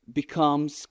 becomes